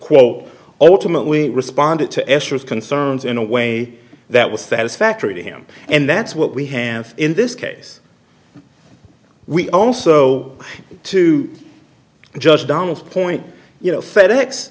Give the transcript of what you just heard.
quote ultimately responded to esther's concerns in a way that was satisfactory to him and that's what we have in this case we also to judge donna's point you know fed ex